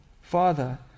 Father